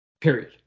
Period